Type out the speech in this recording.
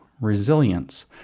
resilience